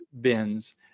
bins